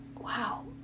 wow